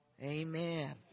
Amen